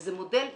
וזה מודל ייחודי.